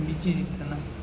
બીજી રીતના